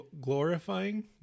glorifying